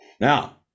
Now